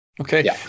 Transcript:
Okay